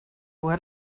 what